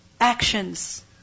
actions